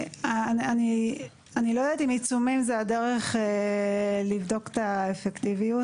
אני לא יודעת אם עיצומים זו הדרך לבדוק את האפקטיביות,